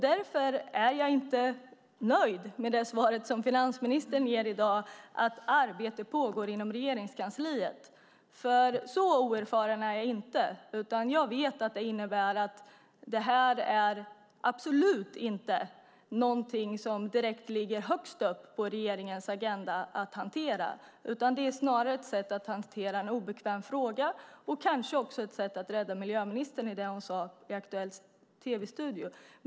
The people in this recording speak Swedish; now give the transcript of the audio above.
Därför är jag inte nöjd med det svar finansministern ger i dag om att arbete pågår inom Regeringskansliet. Så oerfaren är jag nämligen inte, utan jag vet att det innebär att detta absolut inte är någonting som direkt ligger högst upp på regeringens agenda att hantera. Det är snarare ett sätt att hantera en obekväm fråga och kanske också ett sätt att rädda miljöministern i det hon sade i Aktuellts tv-studio.